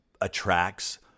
attracts